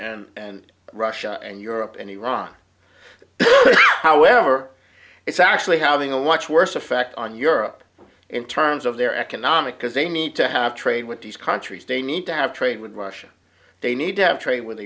and and russia and europe and iran however it's actually having a watch worse effect on europe in terms of their economic because they need to have trade with these countries they need to have trade with russia they need to have trade with